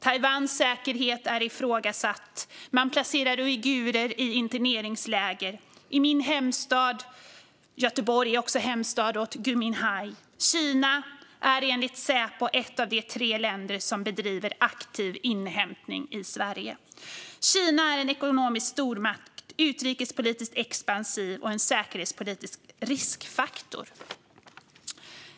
Taiwans säkerhet är ifrågasatt, och man placerar uigurer i interneringsläger. Min hemstad Göteborg är också Gui Minhais hemstad. Kina är enligt Säpo ett av de tre länder som bedriver aktiv inhämtning i Sverige. Kina är en ekonomisk stormakt, utrikespolitiskt expansiv och en säkerhetspolitisk riskfaktor.